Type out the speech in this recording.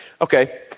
okay